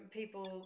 people